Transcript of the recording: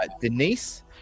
denise